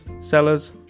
sellers